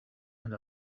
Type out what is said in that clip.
and